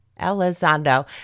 Elizondo